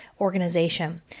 organization